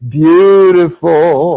beautiful